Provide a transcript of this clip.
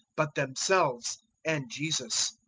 but themselves and jesus.